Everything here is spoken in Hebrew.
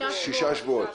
שישה שבועות.